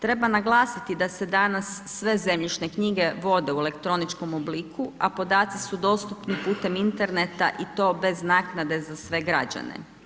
Treba naglasiti da se danas sve zemljišne knjige vode u elektroničkom obliku a podaci su dostupni putem interneta i to bez naknade za sve građane.